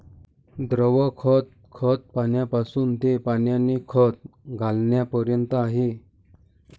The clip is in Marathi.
द्रव खत, खत बियाण्यापासून ते पाण्याने खत घालण्यापर्यंत आहे